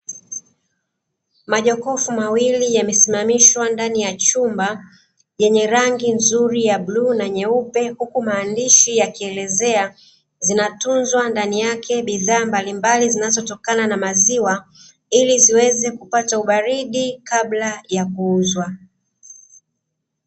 Majokofu mawili yamesimamishwa ndani ya chumba, yenye rangi nzuri ya bluu na nyeupe huku maandishi yakielezea zinatunza ndani yake bidhaa zinazotokana na maziwa ili ziweze kupata ubaridi kabla ya kuuzwa.